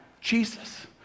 Jesus